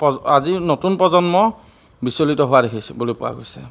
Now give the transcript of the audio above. আজিৰ নতুন প্ৰজন্ম বিচলিত হোৱা দেখিছে বুলি পোৱা গৈছে